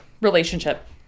Relationship